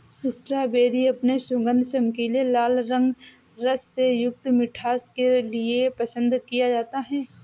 strawberry अपने सुगंध, चमकीले लाल रंग, रस से युक्त मिठास के लिए पसंद किया जाता है